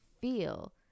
feel